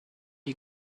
you